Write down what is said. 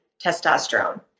testosterone